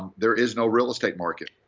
there is no real estate market.